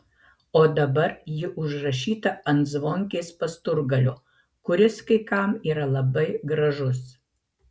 o dabar ji užrašyta ant zvonkės pasturgalio kuris kai kam yra labai gražus